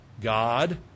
God